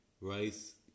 Rice